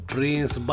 Prince